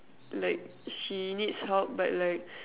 like she needs help but like